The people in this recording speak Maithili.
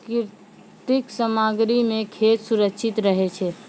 प्राकृतिक सामग्री सें खेत सुरक्षित रहै छै